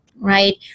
right